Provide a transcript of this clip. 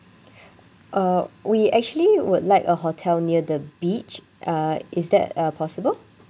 uh we actually would like a hotel near the beach uh is that uh possible